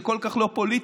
זה כל כך לא פוליטי,